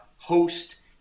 host